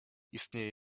istnieje